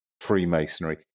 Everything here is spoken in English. Freemasonry